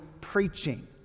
preaching